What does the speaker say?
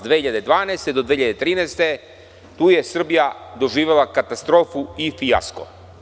Od 2012. do 2013. godine je Srbija doživela katastrofu i fijasko.